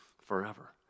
forever